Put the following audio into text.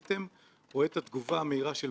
יעשו עכשיו חשבון נפש